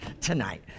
tonight